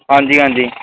ਹਾਂਜੀ ਹਾਂਜੀ